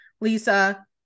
Lisa